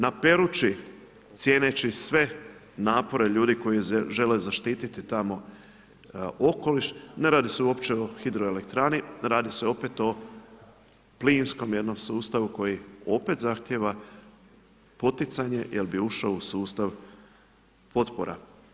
Na Perući, cijeneći sve napore ljudi koje žele zaštiti tamo, okoliš, ne radi se uopće o hidroelektrani, radi se opet o pliskom jednom sustavu, koji opet zahtjeva poticanje, jer bi ušao u sustav potpora.